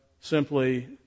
simply